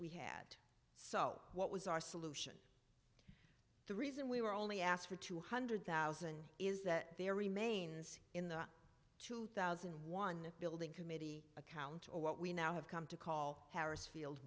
we had so what was our solution the reason we were only asked for two hundred thousand is that there remains in the two thousand and one building committee account or what we now have come to call harris field